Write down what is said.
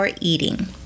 eating